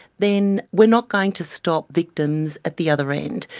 then we are not going to stop victims at the other end.